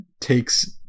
takes